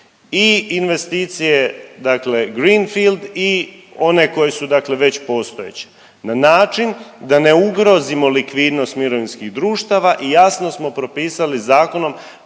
i investicije, dakle greenfield i one koje su, dakle već postojeće na način da ne ugrozimo likvidnost mirovinskih društava i jasno smo propisali zakonom